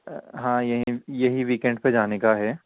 ہاں یہی یہی ویکنڈ پہ جانے کا ہے